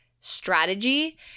strategy